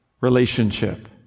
relationship